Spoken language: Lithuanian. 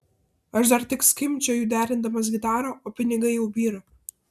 aš dar tik skimbčioju derindamas gitarą o pinigai jau byra